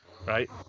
right